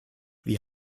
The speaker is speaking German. wie